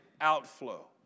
outflow